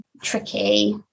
Tricky